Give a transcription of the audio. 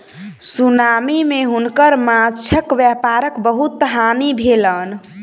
tsunami मे हुनकर माँछक व्यापारक बहुत हानि भेलैन